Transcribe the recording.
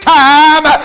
time